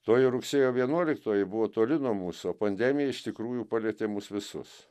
toji rugsėjo vienuoliktoji buvo toli nuo mūsų o pandemija iš tikrųjų palietė mus visus